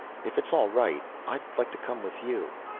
if it's all right i'd like to come with you.